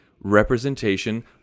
representation